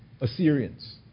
Assyrians